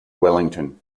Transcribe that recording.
wellington